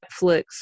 Netflix